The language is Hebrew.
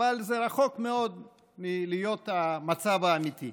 אבל זה רחוק מאוד מלהיות המצב האמיתי.